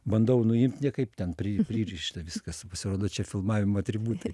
bandau nuimt niekaip ten pririšta viskas o pasirodo čia filmavimo atributai